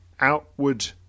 outward